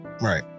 Right